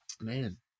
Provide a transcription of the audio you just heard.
Man